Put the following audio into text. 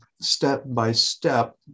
step-by-step